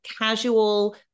casual